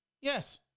Yes